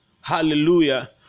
Hallelujah